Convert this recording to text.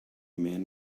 man